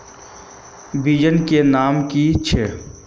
बिचन के नाम की छिये?